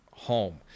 home